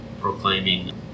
proclaiming